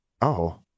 Oh